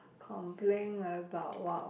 complain about !wow!